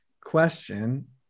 question